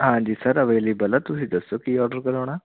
ਹਾਂਜੀ sir available ਹੈ ਤੁਸੀਂ ਦੱਸੋ ਕੀ ਓਡਰ ਕਰਾਉਣਾ